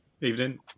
Evening